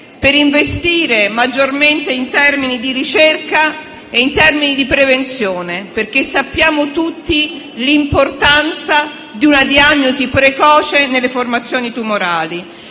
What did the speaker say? per investire maggiormente in termini di ricerca e di prevenzione, perché conosciamo tutti l'importanza di una diagnosi precoce nelle formazioni tumorali.